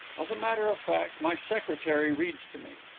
as a matter of fact, my secretary reads to me.